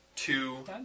Two